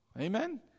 Amen